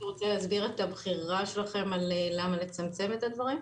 אתה רוצה להסביר את הבחירה שלכם למה לצמצם את הדברים?